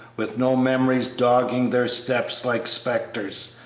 with no memories dogging their steps like spectres,